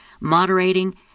moderating